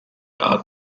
are